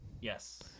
yes